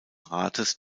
rates